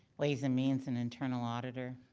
ways and means and internal auditor.